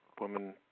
woman